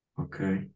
okay